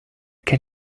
can